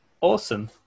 Awesome